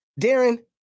darren